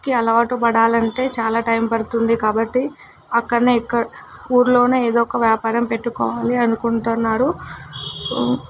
కి అలవాటు పడాలంటే చాలా టైం పడుతుంది కాబట్టి అక్కడ ఎక్క ఊళ్ళో ఏదో ఒక వ్యాపారం పెట్టుకోవాలి అనుకుంటున్నారు